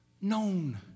known